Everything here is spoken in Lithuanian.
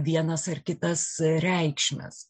vienas ar kitas reikšmes